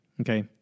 okay